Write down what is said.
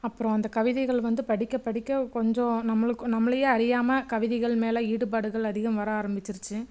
அப்புறம் அந்த கவிதைகளை வந்து படிக்க படிக்க கொஞ்சம் நம்மளுக்கும் நம்மளையே அறியாமல் கவிதைகள் மேலே ஈடுபாடுகள் அதிகம் வர ஆரம்பிச்சிருச்சு